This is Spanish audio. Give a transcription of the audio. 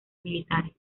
militares